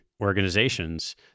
organizations